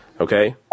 Okay